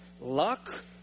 luck